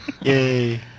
Yay